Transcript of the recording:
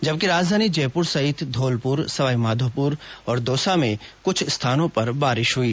जबकि राजधानी जयपुर सहित धौलपुर सवाईमाघोपुर और दौसा में कुछ स्थानों पर बारिश हुई